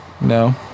No